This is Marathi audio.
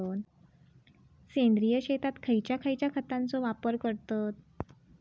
सेंद्रिय शेतात खयच्या खयच्या खतांचो वापर करतत?